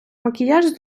макіяж